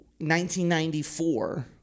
1994